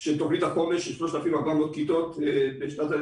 של תוכנית החומש של 3,400 כיתות בשנת